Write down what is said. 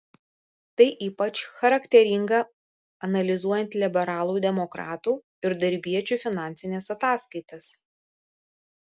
tai ypač charakteringa analizuojant liberalų demokratų ir darbiečių finansines ataskaitas